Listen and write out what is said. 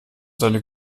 seine